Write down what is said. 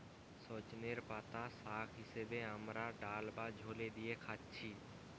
সজনের পাতা শাগ হিসাবে আমরা ডাল বা ঝোলে দিয়ে খাচ্ছি